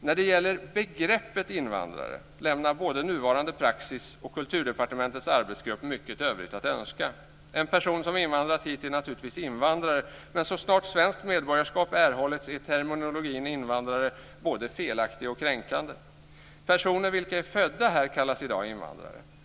När det gäller begreppet invandrare lämnar både nuvarande praxis och Kulturdepartementets arbetsgrupp mycket övrigt att önska. En person som invandrat hit är naturligtvis invandrare, men så snart svenskt medborgarskap erhållits är terminologin invandrare både felaktig och kränkande. Personer vilka är födda här kallas i dag invandrare.